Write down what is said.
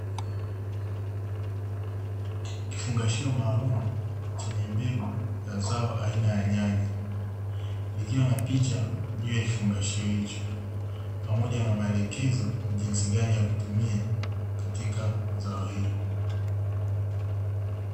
Kifungashio maalumu chenye mbegu la zao aina ya nyanya, kukiwa na picha juu ya kifungashio hicho, pamoja na maelekezo jinsi gani ya kutumia katika zao hilo.